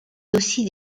aussi